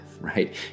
right